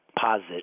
posit